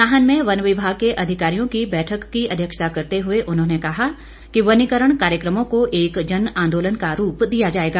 नाहन में वन विभाग के अधिकारियों की बैठक की ंअध्यक्षता करते हुए उन्होंने कहा कि वनीकरण कार्यक्रमों को एक जन आंदोलन का रूप दिया जाएगा